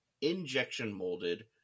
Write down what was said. injection-molded